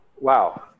wow